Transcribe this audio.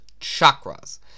chakras